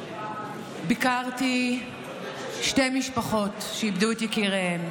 ביקרתי שתי משפחות שאיבדו את יקיריהן.